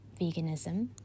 veganism